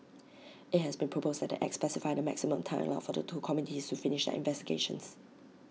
IT has been proposed that the act specify the maximum time allowed for the two committees to finish their investigations